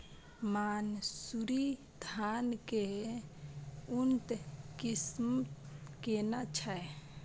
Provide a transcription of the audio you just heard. मानसुरी धान के उन्नत किस्म केना छै?